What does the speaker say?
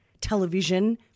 television